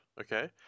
okay